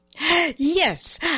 Yes